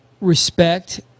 respect